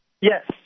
Yes